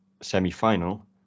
semi-final